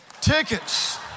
Tickets